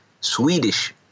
Swedish